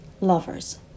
Lovers